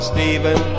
Stephen